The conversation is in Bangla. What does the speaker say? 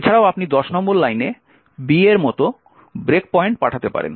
এছাড়াও আপনি 10 নম্বর লাইনে b এর মতো ব্রেক পয়েন্ট পাঠাতে পারেন